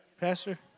Pastor